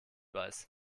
weiß